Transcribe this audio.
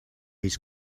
his